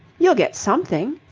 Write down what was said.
you'll get something?